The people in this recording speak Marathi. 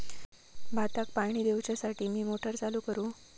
भाताक पाणी दिवच्यासाठी मी मोटर चालू करू?